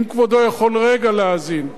אם כבודו יכול רגע להאזין,